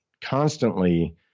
constantly